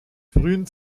frühen